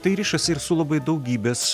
tai rišasi ir su labai daugybės